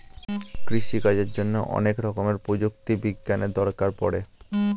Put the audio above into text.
কৃষিকাজের জন্যে অনেক রকমের প্রযুক্তি বিজ্ঞানের দরকার পড়ে